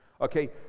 Okay